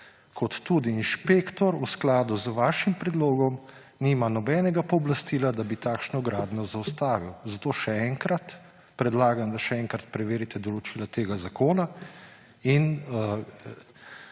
kot tudi inšpektor v skladu z vašim predlogom nima nobenega pooblastila, da bi takšno gradnjo zaustavil. Zato še enkrat predlagam, da še enkrat preverite določila tega zakona, in